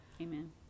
amen